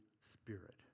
Spirit